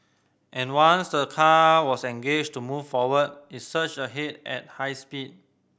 and once the car was engaged to move forward it surged ahead at high speed